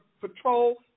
patrol